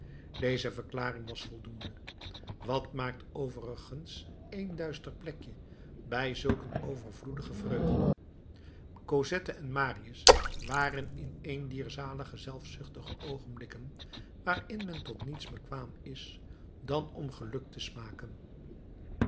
deze verklaring was voldoende wat maakt overigens één duister plekje bij zulk een overvloedige vreugde cosette en marius waren in een dier zalige zelfzuchtige oogenblikken waarin men tot niets bekwaam is dan om geluk te smaken